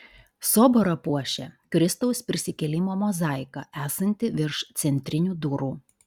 soborą puošia kristaus prisikėlimo mozaika esanti virš centrinių durų